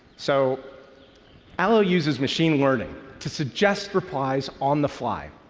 so allo uses machine learning to suggest replies on the fly,